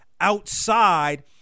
outside